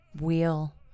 wheel